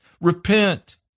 repent